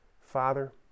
Father